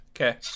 Okay